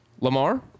Lamar